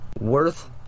worth